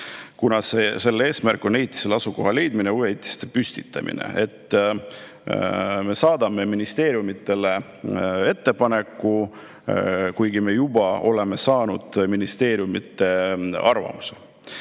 kuna selle eesmärk on ehitisele asukoha leidmine ja uue ehitise püstitamine. Nii et me saadame ministeeriumidele ettepaneku, kuigi me juba oleme saanud ministeeriumide arvamuse.